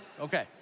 Okay